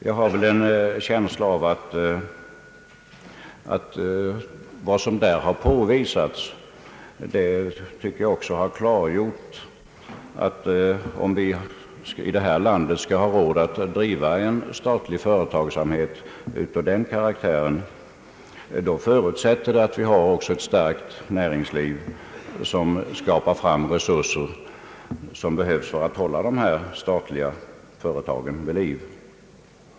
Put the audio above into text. Jag har en känsla av att den debatten har klargjort, att om vi i detta land skall ha råd att driva statlig företagsamhet av den karaktären, förutsätter det också att vi har ett starkt näringsliv som skapar fram de resurser som behövs för att hålla de statliga företagen vid liv.